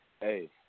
Hey